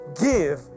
Give